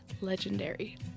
legendary